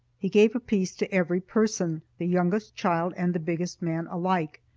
he gave a piece to every person, the youngest child and the biggest man alike,